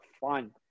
fun